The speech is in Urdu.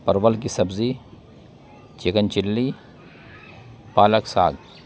پرول کی سبزی چکن چلی پالک ساگ